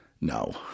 No